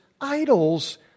idols